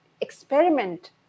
experiment